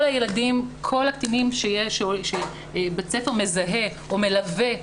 כל הקטינים שבית ספר מזהה או מלווה,